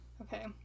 Okay